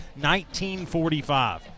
1945